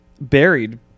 buried